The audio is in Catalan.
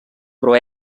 però